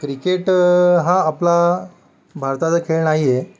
cricket हा आपला भारताचा खेळ नाही आहे